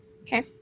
Okay